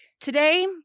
Today